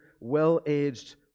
well-aged